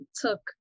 took